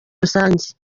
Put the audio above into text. rusange